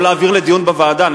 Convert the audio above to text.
או להעביר לדיון בוועדה,